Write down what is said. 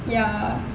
ya